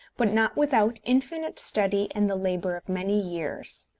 but not without infinite study and the labour of many years.